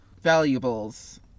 valuables